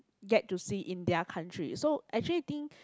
get to see in their country so actually think